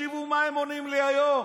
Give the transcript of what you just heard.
תקשיבו מה הם עונים לי היום: